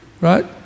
right